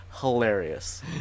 hilarious